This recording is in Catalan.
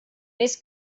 més